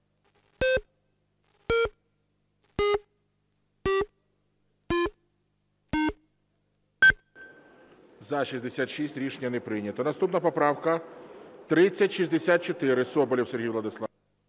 За-66 Рішення не прийнято. Наступна поправка 3064, Соболєв Сергій Владиславович.